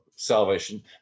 salvation